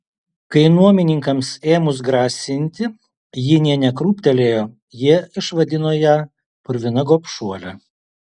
kai nuomininkams ėmus grasinti ji nė nekrūptelėjo jie išvadino ją purvina gobšuole